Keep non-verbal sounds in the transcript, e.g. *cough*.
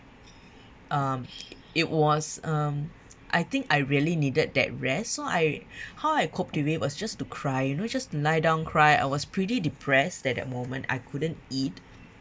um *breath* it was um I think I really needed that rest so I *breath* how I cope with it was just to cry you know just lie down cry I was pretty depressed at the moment I couldn't eat